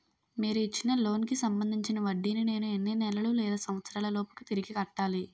మీరు ఇచ్చిన లోన్ కి సంబందించిన వడ్డీని నేను ఎన్ని నెలలు లేదా సంవత్సరాలలోపు తిరిగి కట్టాలి?